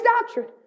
doctrine